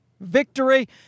victory